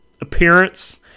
appearance